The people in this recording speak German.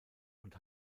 und